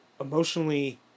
emotionally